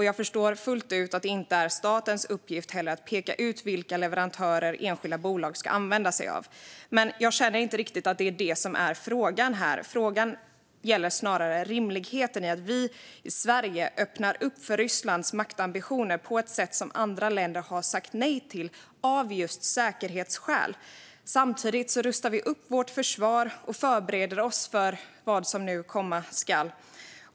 Jag förstår också fullt ut att det inte är statens uppgift att peka ut vilka leverantörer som enskilda bolag ska använda sig av, men det är inte riktigt det som är frågan här. Frågan gäller rimligheten i att vi i Sverige öppnar upp för Rysslands maktambitioner på ett sätt som andra länder har sagt nej till av säkerhetsskäl. Samtidigt rustar vi upp vårt försvar och förbereder oss för vad som komma skall.